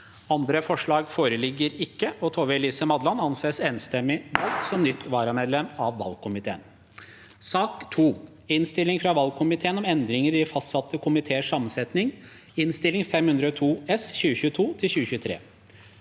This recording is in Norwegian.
Andre forslag foreligger ikke. – Tove Elise Madland anses enstemmig valgt som nytt varamedlem i valgkomiteen. Sak nr. 2 Innstilling fra valgkomiteen om endringer i de faste komiteers sammensetning (Innst. 502 S (2022–2023))